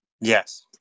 yes